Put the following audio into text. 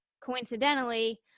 coincidentally